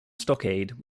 stockade